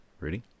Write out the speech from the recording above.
Ready